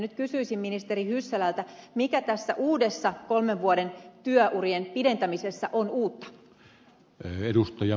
nyt kysyisin ministeri hyssälältä mikä tässä uudessa kolmen vuoden työurien pidentämisessä on uutta